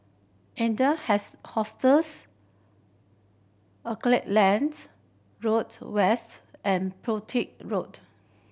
Adler has Hostels Auckland Road West and Petir Road